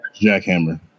jackhammer